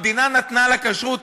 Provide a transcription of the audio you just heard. המדינה נתנה לה כשרות,